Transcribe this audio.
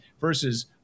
Versus